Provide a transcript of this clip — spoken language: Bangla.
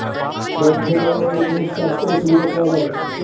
বদ্ধ জায়গায় এরপনিক্স চাষ করে সুবিধা পাওয়া যায়